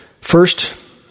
First